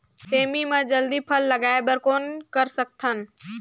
सेमी म जल्दी फल लगाय बर कौन कर सकत हन?